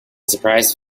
surprise